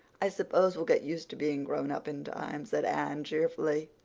i suppose we'll get used to being grownup in time, said anne cheerfully.